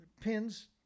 pins